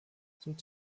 sind